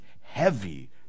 heavy